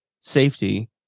safety